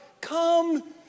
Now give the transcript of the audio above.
Come